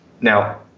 Now